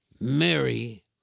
Mary